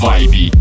Vibe